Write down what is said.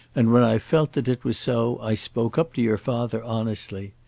and when i felt that it was so, i spoke up to your father honestly.